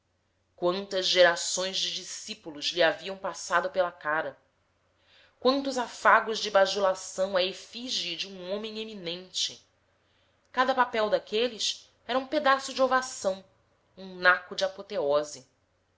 quantas gerações de discípulos lhe haviam passado pela cara quantos afagos de bajulação à efígie de um homem eminente cada papel daqueles era um pedaço de ovação um naco de apoteose